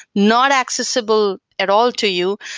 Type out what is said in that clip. not accessible at all to you.